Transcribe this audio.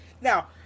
Now